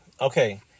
Okay